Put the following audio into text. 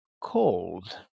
cold